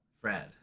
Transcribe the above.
Fred